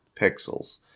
pixels